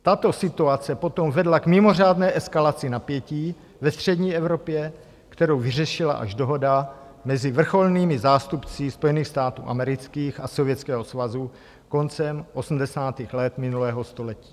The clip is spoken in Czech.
Tato situace potom vedla k mimořádné eskalaci napětí ve střední Evropě, kterou vyřešila až dohoda mezi vrcholnými zástupci Spojených států amerických a Sovětského svazu koncem osmdesátých let minulého století.